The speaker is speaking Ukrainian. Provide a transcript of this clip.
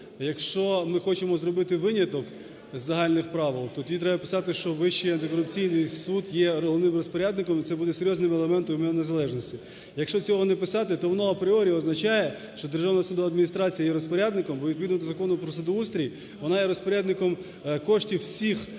Якщо ми хочемо зробити виняток з загальних правил, тоді треба писати, що Вищий антикорупційний суд є головним розпорядником, і це буде серйозним елементом його незалежності. Якщо цього не писати, то воно апріорі означає, що Державна судова адміністрація є розпорядником, бо, відповідно до Закону про судоустрій, вона є розпорядником коштів всіх